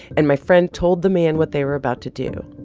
and my friend told the man what they were about to do.